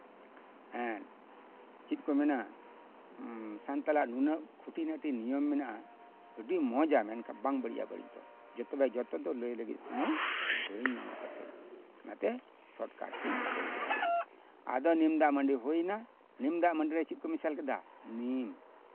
ᱪᱮᱫ ᱠᱚ ᱢᱮᱱᱟᱜ ᱥᱟᱱᱛᱟᱲᱟᱜ ᱱᱩᱱᱟᱹᱜ ᱠᱷᱩᱴᱤ ᱱᱟᱹᱴᱤ ᱱᱤᱭᱚᱢ ᱢᱮᱱᱟᱜᱼᱟ ᱟᱹᱰᱤ ᱢᱚᱡᱽᱼᱟ ᱢᱮᱱᱠᱷᱟᱱ ᱵᱟᱝ ᱵᱟᱹᱲᱤᱡᱟ ᱵᱟᱹᱲᱤᱡ ᱫᱚ ᱡᱚᱛᱚ ᱫᱚ ᱞᱟᱹᱭ ᱞᱟᱹᱜᱤᱫ ᱥᱚᱢᱚᱭ ᱵᱟᱹᱧ ᱧᱟᱢᱟ ᱯᱟᱥᱮᱪ ᱚᱱᱟᱛᱮ ᱥᱚᱴ ᱠᱟᱴᱛᱤᱧ ᱞᱟᱹᱭ ᱠᱮᱫᱟ ᱟᱫᱚ ᱱᱤᱢ ᱫᱟᱜ ᱢᱟᱹᱰᱤ ᱦᱩᱭ ᱱᱟ ᱱᱤᱢ ᱫᱟᱜ ᱢᱟᱹᱰᱤᱨᱮ ᱪᱮᱫ ᱠᱚ ᱢᱮᱥᱟᱞ ᱠᱮᱫᱟ ᱱᱤᱢ